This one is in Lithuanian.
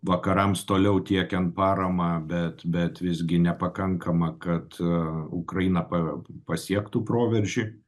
vakarams toliau tiekiant paramą bet bet visgi nepakankamą kad ukraina pa pasiektų proveržį